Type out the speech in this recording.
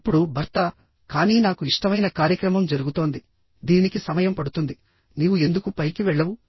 ఇప్పుడు భర్త కానీ నాకు ఇష్టమైన కార్యక్రమం జరుగుతోంది దీనికి సమయం పడుతుంది నీవు ఎందుకు పైకి వెళ్లవు